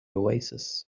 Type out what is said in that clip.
oasis